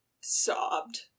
sobbed